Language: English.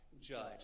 judge